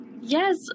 Yes